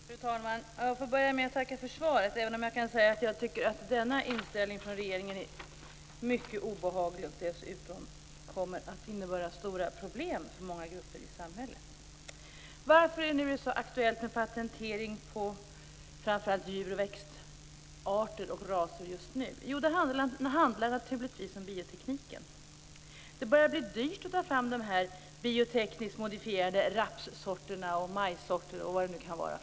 Fru talman! Jag får börja med att tacka för svaret, även om jag tycker att denna inställning hos regeringen är mycket obehaglig. Den kommer dessutom att innebära stora problem för många grupper i samhället. Varför är det så aktuellt med patent på framför allt djur och växtarter just nu? Jo, det handlar naturligtvis om biotekniken. Det börjar bli dyrt att ta fram dessa biotekniskt modifierade rapssorter, majssorter och vad det nu kan vara.